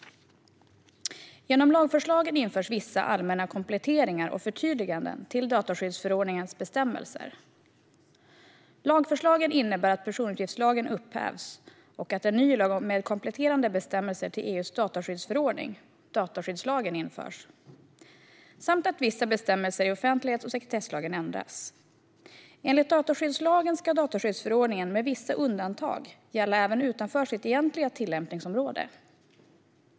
Genom lagförslagen införs vissa allmänna kompletteringar och förtydliganden till dataskyddsförordningens bestämmelser. Lagförslagen innebär att personuppgiftslagen upphävs och att en ny lag med kompletterande bestämmelser till EU:s dataskyddsförordning, dataskyddslagen, införs samt att vissa bestämmelser i offentlighets och sekretesslagen ändras. Enligt dataskyddslagen ska dataskyddsförordningen med vissa undantag gälla även utanför sitt egentliga tillämpningsområde.